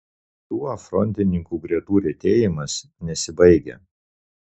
tuo frontininkų gretų retėjimas nesibaigia